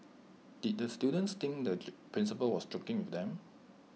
did the students think the principal was joking with them